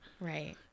Right